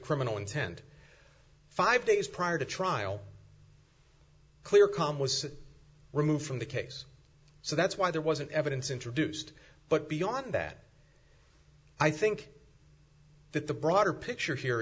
criminal intent five days prior to trial clear calm was removed from the case so that's why there wasn't evidence introduced but beyond that i think that the broader picture here